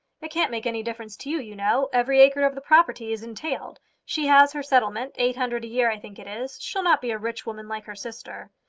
it can't make any difference to you, you know. every acre of the property is entailed. she has her settlement. eight hundred a year, i think it is. she'll not be a rich woman like her sister.